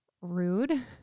rude